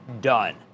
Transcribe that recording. done